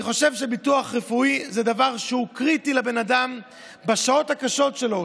אני חושב שביטוח רפואי זה דבר קריטי לבן אדם בשעות הקשות שלו,